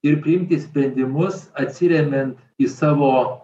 ir priimti sprendimus atsiremiant į savo